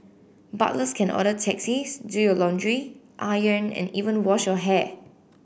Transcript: butlers can order taxis do your laundry iron and even wash your hair